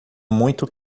muito